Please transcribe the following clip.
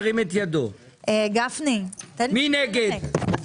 מי נגד?